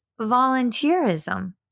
volunteerism